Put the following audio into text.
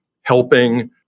helping